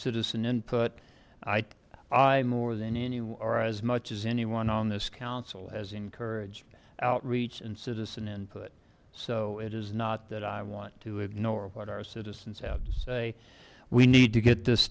citizen input i i more than anywhere as much as anyone on this council has encouraged outreach and citizen input so it is not that i want to ignore what our citizens have to say we need to get this